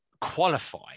qualify